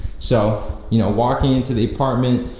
so you know walking into the apartment,